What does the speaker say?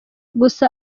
gusa